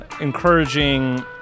encouraging